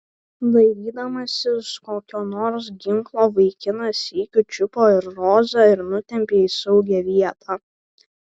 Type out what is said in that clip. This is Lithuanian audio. dairydamasis kokio nors ginklo vaikinas sykiu čiupo ir rozą ir nutempė į saugią vietą